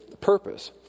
purpose